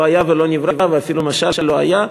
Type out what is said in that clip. לא היה ולא נברא ואפילו משל לא היה.